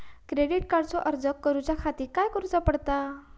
Credit कार्डचो अर्ज करुच्या खातीर काय करूचा पडता?